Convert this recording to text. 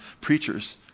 Preachers